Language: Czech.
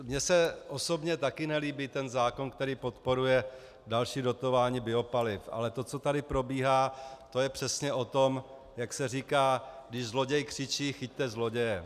Mně se osobně taky nelíbí ten zákon, který podporuje další dotování biopaliv, ale to, co tady probíhá, to je přesně o tom, jak se říká, když zloděj křičí chyťte zloděje.